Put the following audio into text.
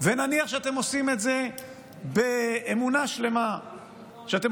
ונניח שאתם עושים את זה באמונה שלמה שאתם